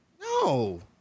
No